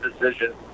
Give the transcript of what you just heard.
decision